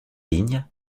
ligne